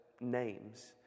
names